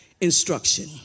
instruction